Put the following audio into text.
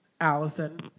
Allison